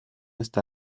está